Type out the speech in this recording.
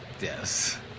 Yes